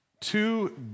two